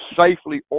safely